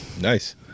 Nice